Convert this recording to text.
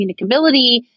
communicability